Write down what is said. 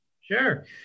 Sure